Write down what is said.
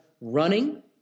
running